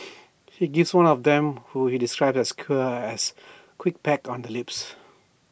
he gives one of them whom he describes as queer A quick peck on the lips